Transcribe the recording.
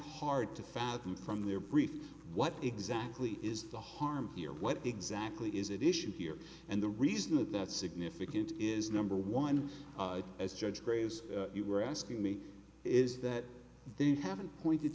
hard to fathom from their brief what exactly is the harm here what exactly is it issue here and the reason that that significant is number one as judge you were asking me is that they haven't pointed